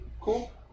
Cool